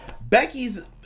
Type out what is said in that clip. Becky's